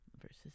versus